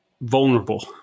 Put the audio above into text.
vulnerable